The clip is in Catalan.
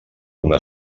una